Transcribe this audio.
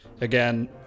Again